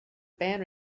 band